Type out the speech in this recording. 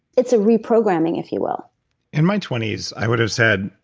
it's a reprogramming, if you will in my twenty s, i would have said,